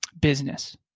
business